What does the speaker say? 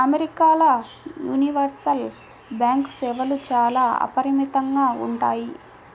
అమెరికాల universal bank సేవలు చాలా అపరిమితంగా ఉంటాయి